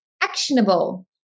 actionable